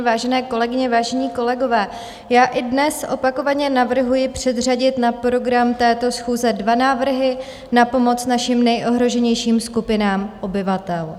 Vážené kolegyně, vážení kolegové, já i dnes opakovaně navrhuji předřadit na program této schůze dva návrhy na pomoc našim nejohroženějším skupinám obyvatel.